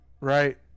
right